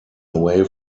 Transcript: away